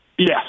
Yes